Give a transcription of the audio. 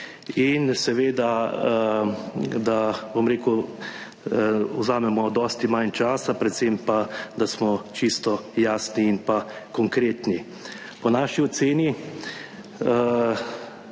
in seveda, da, bom rekel, vzamemo dosti manj časa, predvsem pa, da smo čisto jasni in pa konkretni. Po naši oceni